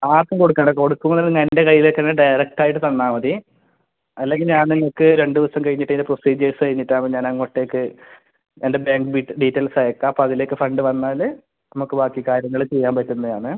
ആർക്കും കൊടുക്കേണ്ട കൊടുക്കുമ്പോൾ തന്നെ എൻ്റെ കൈയ്യിലേക്ക് തന്നെ ഡയറക്റ്റായിട്ട് തന്നാൽ മതി അല്ലെങ്കിൽ ഞാൻ നിങ്ങൾക്ക് രണ്ട് ദിവസം കഴിഞ്ഞിട്ട് അതിൻ്റെ പ്രൊസീജിയേർസ് കഴിഞ്ഞിട്ട് ആവുമ്പോൾ ഞാൻ അങ്ങോട്ടേക്ക് എൻ്റെ ബാങ്ക് ഡീറ്റെയിൽസ് അയക്കാം അപ്പോൾ അതിലേക്ക് ഫണ്ട് വന്നാൽ നമ്മൾക്ക് ബാക്കി കാര്യങ്ങൾ ചെയ്യാൻ പറ്റുന്നതാണ്